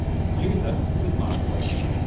the producer was mark wakely,